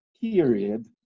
period